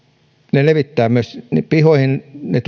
ne levittävät tauteja myös pihoihin ne